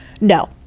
No